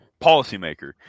policymaker